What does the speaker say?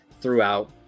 throughout